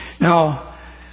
Now